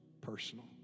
personal